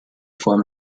form